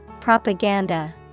Propaganda